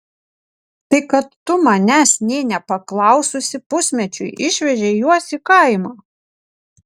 tai kad tu manęs nė nepaklaususi pusmečiui išvežei juos į kaimą